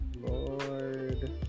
Lord